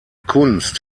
kunst